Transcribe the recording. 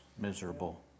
miserable